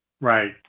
Right